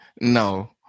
No